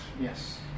Yes